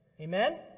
Amen